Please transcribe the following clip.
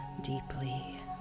deeply